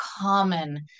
common